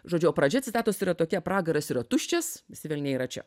žodžiu o pradžia citatos yra tokia pragaras yra tuščias visi velniai yra čia